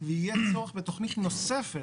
ויהיה צורך בתכנית נוספת,